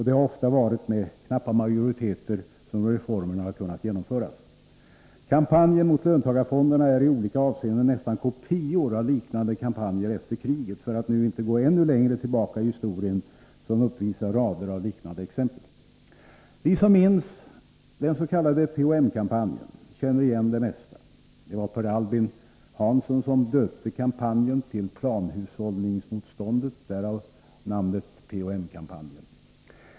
Det har ofta varit med knappa majoriteter som reformerna har kunnat genomföras. Kampanjen mot löntagarfonderna är i olika avseenden nästan kopior av liknande kampanjer efter kriget, för att nu inte gå ännu längre tillbaka i historien, som uppvisar rader av liknande exempel. Vi som minns den s.k. PHM-kampanjen känner igen det mesta. Det var Per Albin Hansson som döpte kampanjen till planhushållningsmotståndet.